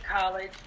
college